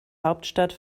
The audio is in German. hauptstadt